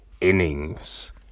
innings